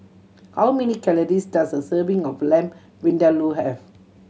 how many calories does a serving of Lamb Vindaloo have